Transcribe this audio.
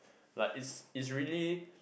like is is really